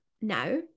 now